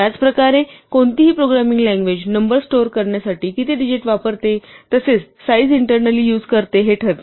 त्याच प्रकारे कोणतीही प्रोग्रामिंग लँग्वेज नंबर स्टोअर करण्यासाठी किती डिजिट वापरते तसेच साईझ इंटर्नॅलि युझ करते हे ठरते